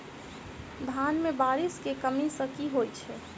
धान मे बारिश केँ कमी सँ की होइ छै?